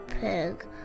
pig